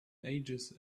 ages